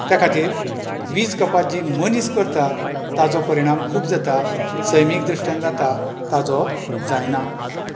त्या खातीर वीज कपात जी मनीस करता ताजो परीणाम खूब जाता सैमीक दृश्टीन जाता ताजो जायना